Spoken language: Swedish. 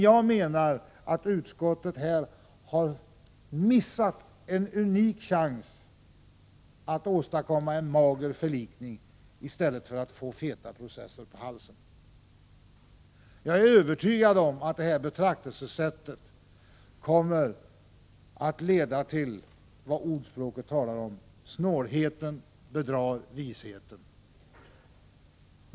Jag menar att utskottet här har missat en unik chans att åstadkomma en ”mager förlikning” i stället för att få feta processer på halsen. Jag är övertygad om att detta betraktelsesätt kommer att leda till vad följande ordspråk talar om: Snålheten bedrar visheten.